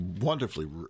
wonderfully